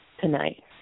tonight